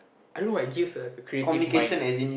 I don't know why give a creative mind